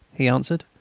he answered,